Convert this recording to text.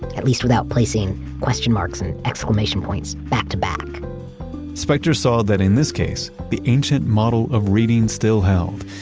at least without placing question marks and exclamation points back to back speckter saw that in this case, the ancient model of reading still held.